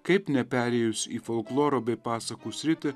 kaip neperėjus į folkloro bei pasakų sritį